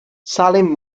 salim